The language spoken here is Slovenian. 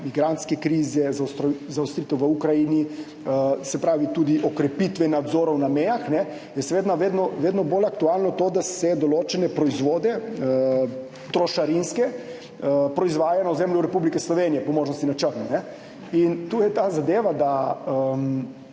migrantske krize, zaostritve v Ukrajini, se pravi, tudi okrepitve nadzorov na mejah je seveda vedno bolj aktualno to, da se določene trošarinske proizvode proizvaja na ozemlju Republike Slovenije, po možnosti na črno. Tu je ta zadeva, da